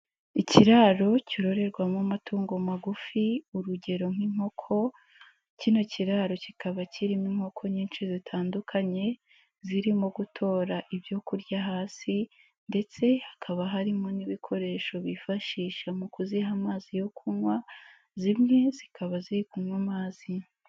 Ikiraro cyororerwamo amatungo magufi urugero nk'inkoko, kino kiraro kikaba kirimo inkoko nyinshi zitandukanye, zirimo gutora ibyo kurya hasi ndetse hakaba harimo n'ibikoresho bifashisha mu kuziha amazi yo kunywa, zimwe zikaba ziri kunywa amazi.